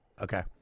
Okay